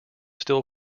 still